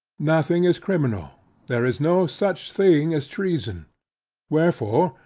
nothing is criminal there is no such thing as treason wherefore,